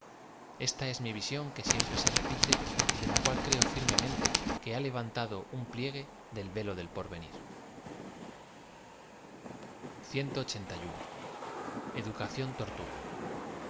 ésta es m i visión que siempre se re pite y de la cual creo firmemente que ha levantado un pliegue del velo del porvenir ducación tortu